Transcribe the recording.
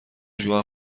ژوئن